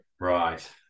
right